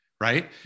Right